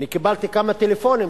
אני קיבלתי כמה טלפונים,